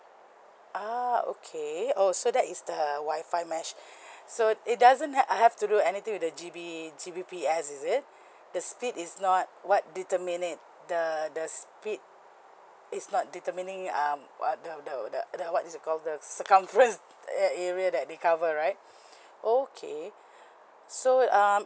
ah okay oh so that is the wi-fi mesh so it doesn't uh uh have to do anything to the G_B G_B_P_S is it the speed is not what determine it the the speed is not determining um uh the the the the what is it call the circumference a~ area that they cover right okay so um